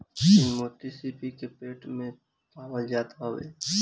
इ मोती सीपी के पेट में पावल जात हवे